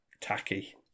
tacky